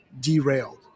derailed